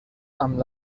amb